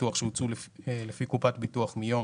ביטוח שהוצאו לפי קופות ביטוח מיום